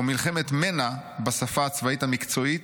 או 'מלחמת מנע' בשפה הצבאית המקצועית,